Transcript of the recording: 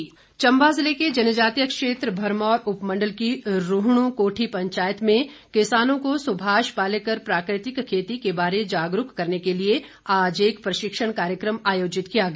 प्रशिक्षण चम्बा जिले के जनजातीय क्षेत्र भरमौर उपमंडल की रूणुह कोठी पंचायत में किसानों को सुभाष पालेकर प्राकृतिक खेती के बारे जागरूक करने के लिए आज एक प्रशिक्षण कार्यक्रम आयोजित किया गया